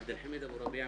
עבד אלחמיד אבו רביעה,